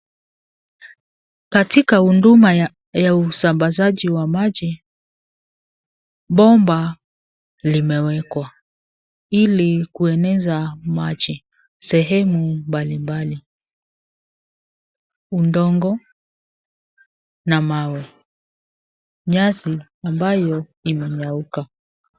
Katika huduma ya usambazaji wa maji, bomba limewekwa ili kueneza maji sehemu mabalimbali. Udongo na mawe nyasi ambayo imenyauka.